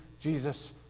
Jesus